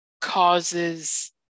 causes